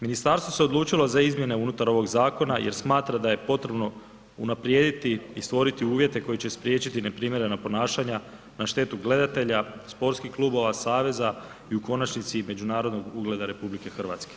Ministarstvo se odlučilo za izmjene unutar ovog zakona jer smatra da je potrebno unaprijediti i stvoriti uvjete koji će spriječiti neprimjerena ponašanja na štetu gledatelja, sportskih klubova, saveza i u konačnici i međunarodnog ugleda RH.